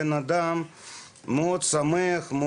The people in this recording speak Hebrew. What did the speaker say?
בן אדם מאוד שמח,